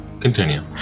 Continue